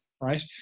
Right